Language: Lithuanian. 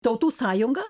tautų sąjungą